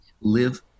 live